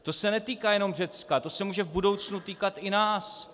To se netýká jenom Řecka, to se může v budoucnu týkat i nás.